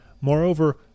Moreover